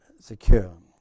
secure